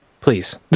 please